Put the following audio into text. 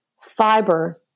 fiber